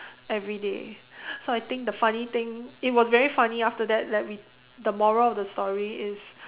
everyday so I think the funny thing it was very funny after that like we the moral of the story is